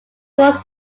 was